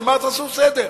שאמר: תעשו סדר,